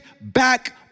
back